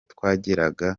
twageraga